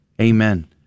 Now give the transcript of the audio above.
amen